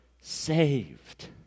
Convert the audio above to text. saved